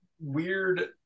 weird